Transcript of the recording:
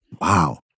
Wow